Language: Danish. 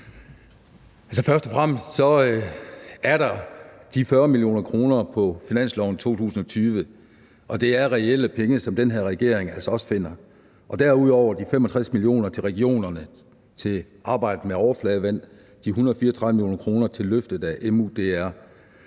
Først og fremmest er der de 40 mio. kr. på finansloven for 2020, og det er reelle penge, som den her regering altså også finder, og derudover er der de 65 mio. kr. til regionerne til arbejde med overfladevand og de 134 mio. kr. til løftet af MUDP.